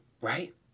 right